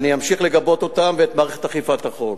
ואני אמשיך לגבות אותם ואת מערכת אכיפת החוק.